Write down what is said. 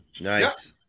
Nice